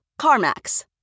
CarMax